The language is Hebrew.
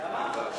למה?